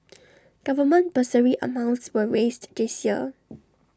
government bursary amounts were raised this year